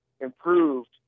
improved